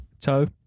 Toe